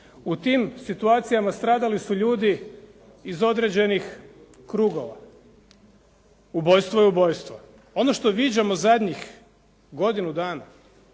u tim situacijama stradali su ljudi iz određenih krugova. Ubojstvo je ubojstvo. Ono što viđamo zadnjih godinu dana